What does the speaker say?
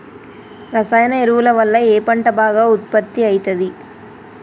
రసాయన ఎరువుల వల్ల ఏ పంట బాగా ఉత్పత్తి అయితది?